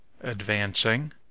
advancing